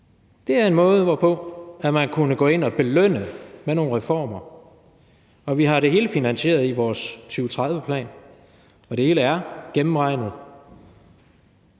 Det er en måde, hvorpå man kunne gå ind og belønne det med nogle reformer. Vi har det hele finansieret i vores 2030-plan, og det hele er gennemregnet